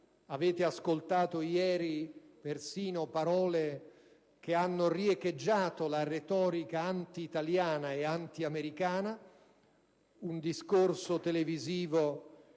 Avete ascoltato ieri persino parole che hanno riecheggiato la retorica anti-italiana e anti-americana, un discorso televisivo